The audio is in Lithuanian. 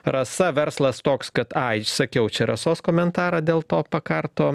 rasa verslas toks kad ai sakiau čia rasos komentarą dėl to pakarto